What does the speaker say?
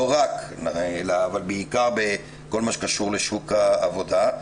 לא רק, אבל בעיקר בכל מה שקשור לשוק העבודה.